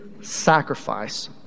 sacrifice